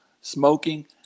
smoking